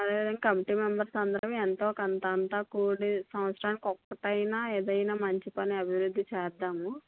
అదే విధంగా committee members అందరమూ ఎంతో కొంత అంతా కూడేసి సంవత్సరానికి ఒక్కటైనా ఏదైనా మంచి పని అభివృద్ధి చేద్దాము